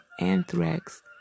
anthrax